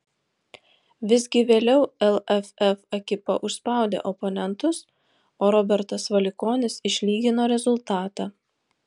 visgi vėliau lff ekipa užspaudė oponentus o robertas valikonis išlygino rezultatą